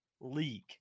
league